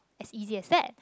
as easy as that